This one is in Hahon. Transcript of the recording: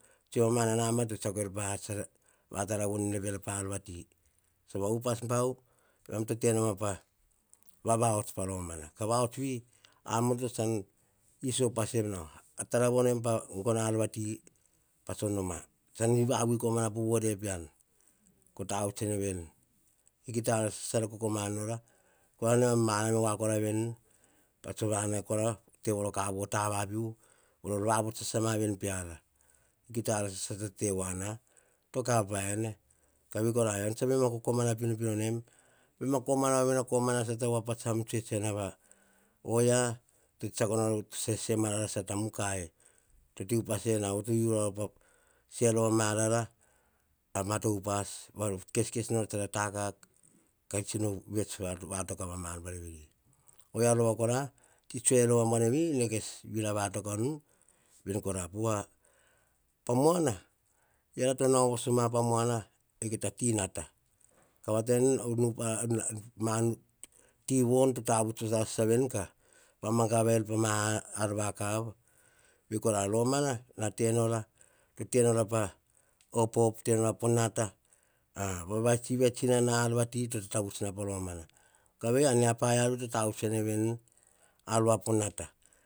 Tsoe omana, nabana to tsiako pa ar tsa vatara vonoene piara pa ar vati. Sova upas bau, emam to tenoma pa vavahots pa romana. Ka vahots vi, amoto tsan iso upas em nao. Taravono em pa gono a ar vati to noma, tsan vavui komana po vore pean. Ko tavuts ene vene. Kita ar sasa tsara kokoma na nora, pova nemam va nao voa korame veni. Pa tsor vanair kora, ko tevoro kavo, ta vapiuvu kora, voror va vots va ruma veni peara. Kita ar sasa tso te voana, to kav pa ena. Ka vei kora, ean tsa bai a kokomana pinopino nem. Baim komana sata, voa tsemava, ovia tsiako nor sese nor ma rara sata mukai, tote upas ena. Oria to u rava tsor se ma rara amata upas, keskes nor tsara takak, ka tsino vets va toka pa ma ar buar veri. Ovia rova kora. tsi tsoe buana vi, kes vira vatoka nu ven kora ven kora. pa muana. eara to nao voso ma pa kita ti nata. Vei tane voa veni, ma ti von to tavuts voasasa veni, ka, vama gava er pama ar vakav. Vei koraa romana, tenora pa opop, tenora pa nata, vets inana ar vati to tatavuts na pa romana, kavei mia tsi pa ar to tavuts voai ne veni, ar po nata.